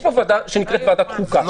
יש פה ועדה שנקראת ועדת החוקה ויש לה תפקיד.